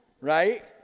right